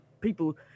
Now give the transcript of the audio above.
people